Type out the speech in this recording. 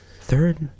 third